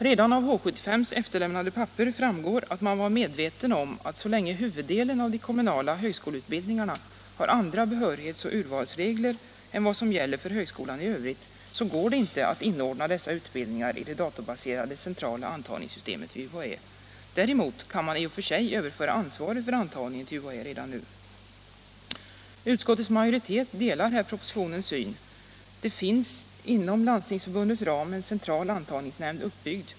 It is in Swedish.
Redan av H 7S5:s efterlämnade papper framgår att man var medveten om, att så länge huvuddelen av de kommunala högskoleutbildningarna har andra behörighets och urvalsregler än vad som gäller för högskolan i Övrigt, går det inte att inordna dessa utbildningar i det datorbaserade centrala antagningssystemet vid UHÄ. Däremot kån man i och för sig överföra ansvaret för antagningen till UHÄ redan nu. Utskottets majoritet delar här propositionens syn. Det finns inom Landstingsförbundets ram en central antagningsnämnd uppbyggd.